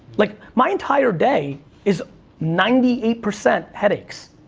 like, my entire day is ninety eight percent headaches.